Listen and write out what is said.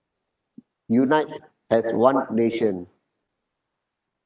unite as one nation